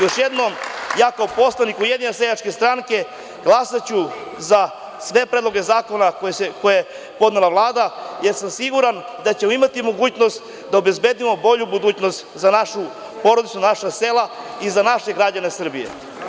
Još jednom, ja kao poslanik Ujedinjene seljačke stranke glasaću za sve predloge zakona koje je podnela Vlada, jer sam siguran da ćemo imati mogućnost da obezbedimo bolju budućnost za našu porodicu, za naša sela i za naše građane Srbije.